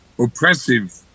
oppressive